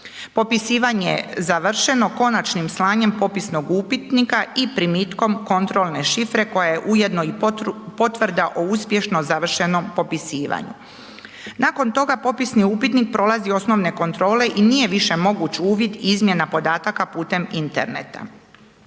Popisivanje je završeno konačnim slanjem popisnog upitnika i primitkom kontrolne šifre koja je ujedno i potvrda o uspješno završenom popisivanju. Nakon toga popisni upitnik prolazi osnovne kontrole i nije više moguć uvid i izmjena podataka putem interneta.